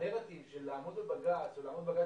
והנראטיב של העמידה בבג"ץ או לעמוד בבג"ץ